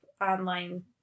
online